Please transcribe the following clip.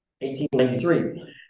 1893